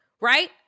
Right